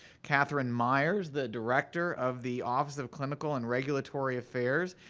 catherine meyers the director of the office of clinical and regulatory affairs,